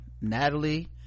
Natalie